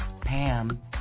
Pam